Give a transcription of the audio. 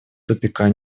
тупика